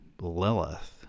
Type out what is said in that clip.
Lilith